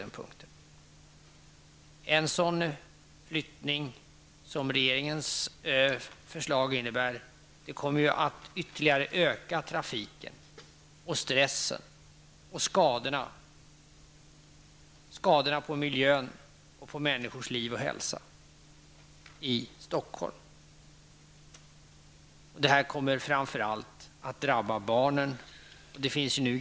En flyttning av det slag som regeringens förslag innebär kommer att ytterligare öka trafiken, stressen och skadorna på miljön och på människors liv och hälsa i Stockholm. Framför allt kommer barnen att drabbas.